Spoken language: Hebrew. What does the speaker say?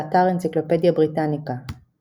באתר אנציקלופדיה בריטניקה ==